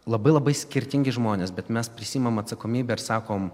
labai labai skirtingi žmonės bet mes prisiimam atsakomybę ir sakom